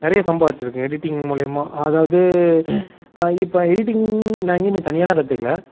நிறைய சம்பாதிச்சிருக்கேன் எடிட்டிங் மூலிமா அதாவது இப்போ எடிட்டிங் நான் எங்கேயும் போய் தனியாகலாம் கற்றுக்கல